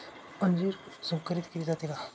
अंजीर संकरित केले जाते का?